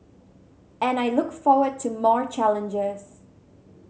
and I look forward to more challenges